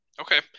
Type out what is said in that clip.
Okay